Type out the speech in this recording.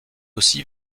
aussi